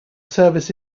service